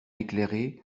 éclairé